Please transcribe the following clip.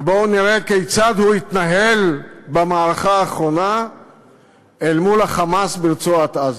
ובואו נראה כיצד הוא התנהל במערכה האחרונה אל מול ה"חמאס" ברצועת-עזה.